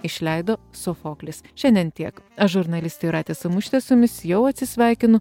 išleido sofoklis šiandien tiek aš žurnalistė jūratė samuštiesumis jau atsisveikinu